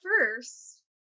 first